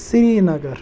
Srinagar